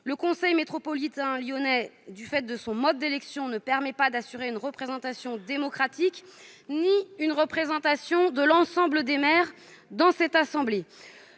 Le conseil métropolitain lyonnais, du fait de son mode d'élection, ne permet pas d'assurer une représentation démocratique ni une représentation de tous les maires. Pis, nous le